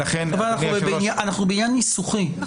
אנחנו בעניין ניסוחי.